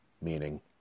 meaning